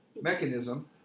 mechanism